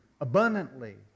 abundantly